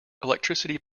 electricity